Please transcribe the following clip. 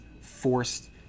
forced